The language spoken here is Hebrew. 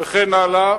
וכן הלאה.